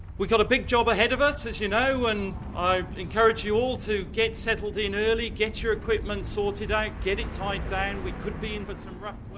we've got a big job ahead of us, as you know, and i encourage you all to get settled in early, get your equipment sorted out, get it tied down, we could be in for some rough